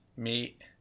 Meat